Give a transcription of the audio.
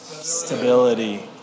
Stability